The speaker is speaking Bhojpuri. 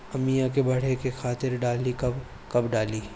आमिया मैं बढ़े के खातिर का डाली कब कब डाली?